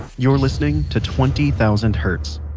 you're listening to twenty thousand hertz.